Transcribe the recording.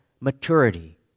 maturity